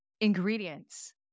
ingredients